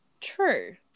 True